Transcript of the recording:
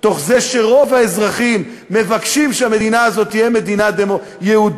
תוך זה שרוב האזרחים מבקשים שהמדינה הזאת תהיה יהודית,